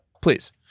Please